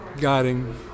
guiding